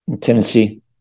Tennessee